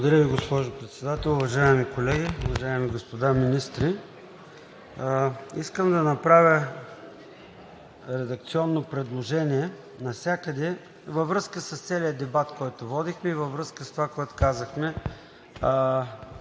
Благодаря Ви, госпожо Председател. Уважаеми колеги, уважаеми господа министри! Искам да направя редакционно предложение във връзка с целия дебат, който водихме и във връзка с това, което казахме